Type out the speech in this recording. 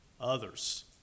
others